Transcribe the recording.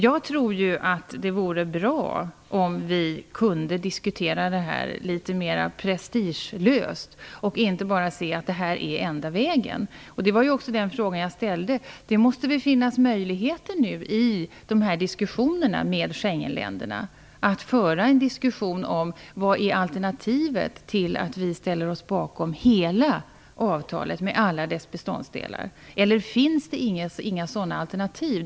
Jag tror att det vore bra om vi kunde diskutera litet mer prestigelöst och inte bara se avtalet som den enda vägen. Jag ställde också frågan om det inte måste finnas möjligheter att föra en diskussion med Schengenländerna om vad som är alternativet till att vi ställer oss bakom hela avtalet med alla dess beståndsdelar. Eller finns det inga sådana alternativ?